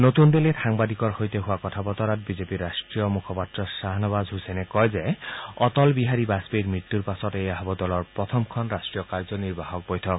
নতুন দিল্লীত সাংবাদিকৰ সৈতে হোৱা কথা বতৰাত বিজেপিৰ ৰাট্টীয় মুখপাত্ৰ শ্বাহনৱাজ হুছেইনে কয় যে অটল বিহাৰী বাজপেয়ীৰ মৃত্যুৰ পাছত এয়া হ'ব দলৰ প্ৰথমখন ৰাষ্ট্ৰীয় কাৰ্যনিৰ্বাহক বৈঠক